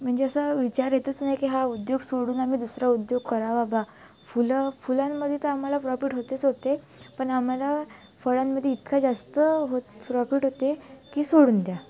म्हणजे असा विचार येतच नाही की हा उद्योग सोडून आम्ही दुसरा उद्योग करावा बा फुलं फुलांमध्ये तर आम्हाला प्रॉफिट होतेच होते पण आम्हाला फळांमध्ये इतका जास्त होत प्रॉफिट होते की सोडून द्या